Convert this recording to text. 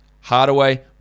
Hardaway